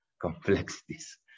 complexities